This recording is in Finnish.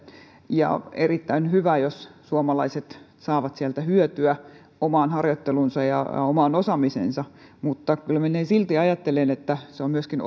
ja on erittäin hyvä jos suomalaiset saavat sieltä hyötyä omaan harjoitteluunsa ja omaan osaamiseensa mutta kyllä minä silti ajattelen että se on myöskin